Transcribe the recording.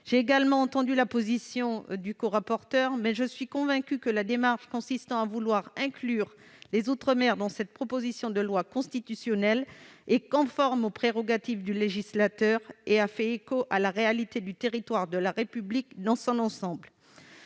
J'ai également entendu la position du corapporteur, mais je suis convaincue que la démarche consistant à vouloir inclure les outre-mer dans cette proposition de loi constitutionnelle est conforme aux prérogatives du législateur et fait écho à la réalité du territoire de la République dans son ensemble.